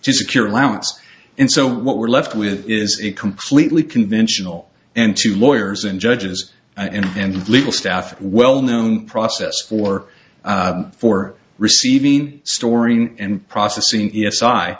to secure allowance and so what we're left with is a completely conventional and two lawyers and judges and and legal staff well known process for for receiving storing and processing e s i